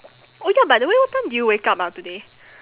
oh ya by the way what time did you wake up ah today